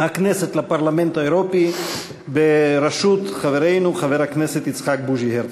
הכנסת לפרלמנט האירופי בראשות חברנו חבר הכנסת יצחק בוז'י הרצוג.